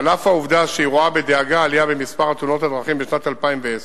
ועל אף העובדה שהיא רואה בדאגה עלייה במספר תאונות הדרכים בשנת 2010,